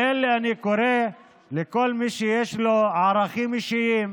לאלה אני קורא, לכל מי שיש לו ערכים אישיים,